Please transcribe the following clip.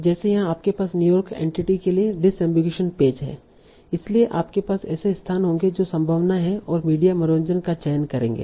जैसे यहाँ आपके पास न्यूयॉर्क एंटिटी के लिए डिसअम्बिगुईशन पेज हैं इसलिए आपके पास ऐसे स्थान होंगे जो संभावनाएं हैं और मीडिया मनोरंजन का चयन करेगे